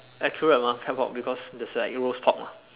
accurate mah because there's like roast pork mah